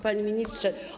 Panie Ministrze!